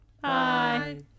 Bye